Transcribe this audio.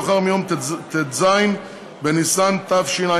עבודתה לא יאוחר מיום ט"ז בניסן תשע"ו,